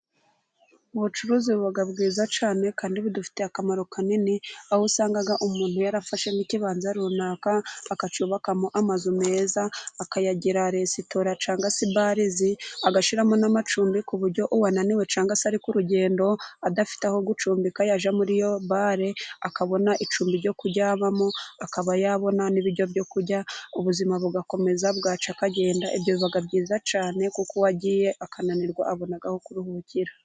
Ubucuruzi buba bwiza cyane kandi budufitiye akamaro kanini, aho usanga umuntu yarafashemo ikibanza runaka akacyubakamo amazu meza, akayagira resitora cyangwa se barezi agashyiramo n'amacumbi, ku buryo uwananiwe cyangwa se ari ku rugendo adafite aho gucumbika, yajya muri iyo bare akabona icumbi ryo kuryamamo, akaba yabona n'ibiryo byo kurya ubuzima bugakomeza bwacya akagenda. Ibyo biba byiza cyane, kuko uwagiye akananirwa abona aho kuruhukira.